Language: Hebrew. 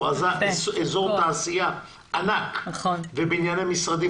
הוא עשה אזור תעשייה ענק ובנייני משרדים